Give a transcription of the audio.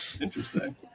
interesting